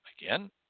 again